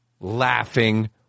laughing